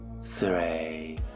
Three